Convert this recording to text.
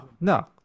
no